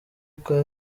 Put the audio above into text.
uko